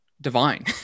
divine